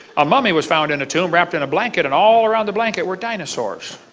a mummy was found in a tomb wrapped in a blanket, and all around the blanket were dinosaurs.